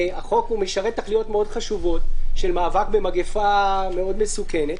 החוק משרת תכליות מאוד חשובות של מאבק במגפה מאוד מסוכנת,